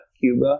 Cuba